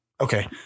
Okay